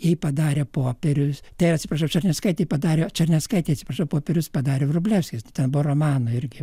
jai padarė popierius tai atsiprašau černeckaitei padarė černeckaitei atsiprašau popierius padarė vrublevskis ten romaną irgi